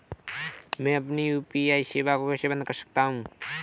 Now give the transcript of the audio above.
मैं अपनी यू.पी.आई सेवा को कैसे बंद कर सकता हूँ?